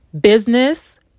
business